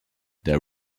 there